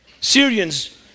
Syrians